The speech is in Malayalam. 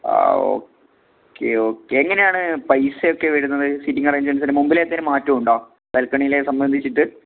ആ ഓക്കെ ഓക്കെ എങ്ങനെയാണ് പൈസയൊക്കെ വരുന്നത് സീറ്റിംഗ് അറേഞ്ച്മെന്റ്സ് മുമ്പിലത്തേന് മാറ്റവുണ്ടോ ബാൽക്കണീലെ സംബന്ധിച്ചിട്ട്